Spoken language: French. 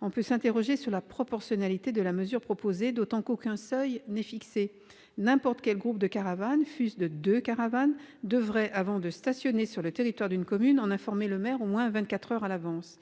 on peut s'interroger sur la proportionnalité de la mesure proposée, d'autant qu'aucun seuil n'est fixé : n'importe quel groupe de caravanes, fût-ce de deux unités, devrait, avant de stationner sur le territoire d'une commune, en informer le maire au moins vingt-quatre heures à l'avance.